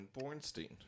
Bornstein